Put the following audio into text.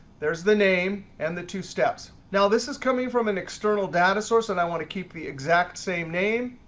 there's the name and the two steps. now this is coming from an external data source, and i want to keep the exact same name,